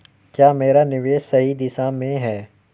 क्या मेरा निवेश सही दिशा में है?